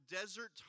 desert